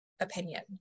opinion